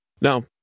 Now